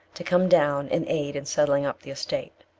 to come down and aid in settling up the estate.